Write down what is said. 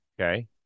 Okay